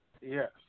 Yes